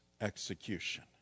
execution